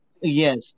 Yes